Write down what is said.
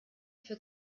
für